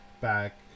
back